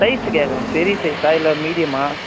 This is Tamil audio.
சைஸு கேக்கிறேன் பெரிய சைஸா இல்லை மீடியமா